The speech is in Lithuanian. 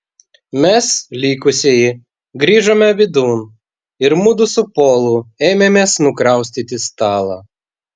mes likusieji grįžome vidun ir mudu su polu ėmėmės nukraustyti stalą